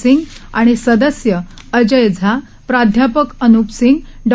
सिंग आणि सदस्य अजय झा प्राध्यापक अन्प सिंग डॉ